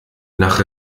nach